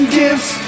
gifts